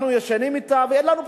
אנחנו ישנים אתה, ואין לנו פתרונות.